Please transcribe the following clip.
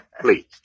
please